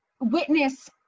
witness